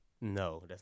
No